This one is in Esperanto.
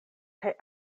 kaj